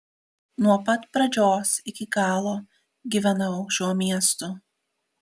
nuo pat pradžios iki galo gyvenau šiuo miestu